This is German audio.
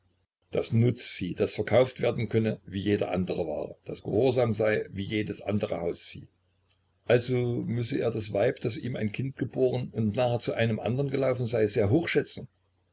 das nutzvieh das verkauft werden könne wie jede andere ware das gehorsam sei wie jedes andere hausvieh also müsse er das weib das ihm ein kind geboren und nachher zu einem andern gelaufen sei sehr